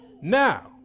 Now